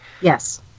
Yes